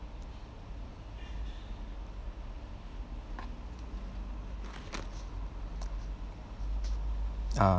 ah